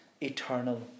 eternal